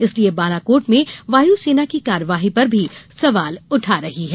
इसलिये बालाकोट में वायुसेना की कार्यवाही पर भी सवाल उठा रही है